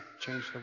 change